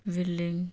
building